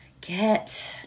get